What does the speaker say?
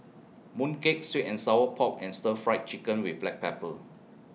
Mooncake Sweet and Sour Pork and Stir Fry Chicken with Black Pepper